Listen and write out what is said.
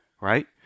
right